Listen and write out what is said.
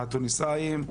התוניסאים,